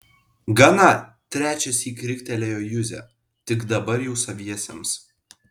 gana trečiąsyk riktelėjo juzė tik dabar jau saviesiems